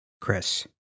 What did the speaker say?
Chris